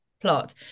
plot